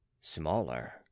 smaller